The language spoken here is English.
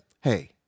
Hey